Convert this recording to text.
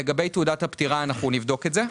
לגבי תעודת הפטירה, אנחנו נבדוק את זה.